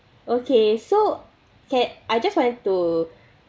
okay so can I just wanted to